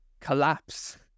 collapse